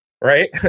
right